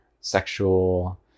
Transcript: sexual